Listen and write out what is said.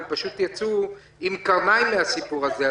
הם פשוט יצאו עם קרניים מן הסיפור הזה.